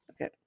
Okay